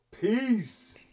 Peace